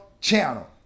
channel